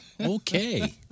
Okay